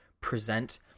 present